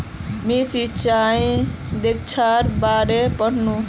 मी सिंचाई दक्षतार बारे पढ़नु